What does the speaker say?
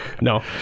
no